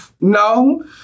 no